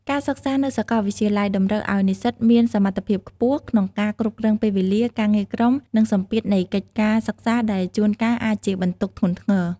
ការសិក្សានៅសាកលវិទ្យាល័យតម្រូវឱ្យនិស្សិតមានសមត្ថភាពខ្ពស់ក្នុងការគ្រប់គ្រងពេលវេលា ការងារក្រុម និងសម្ពាធនៃកិច្ចការសិក្សាដែលជួនកាលអាចជាបន្ទុកធ្ងន់ធ្ងរ។